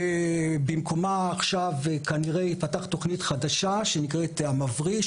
במקומה עכשיו כנראה תיפתח תוכנית חדשה שנקראת המברי"א,